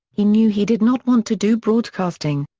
he knew he did not want to do broadcasting.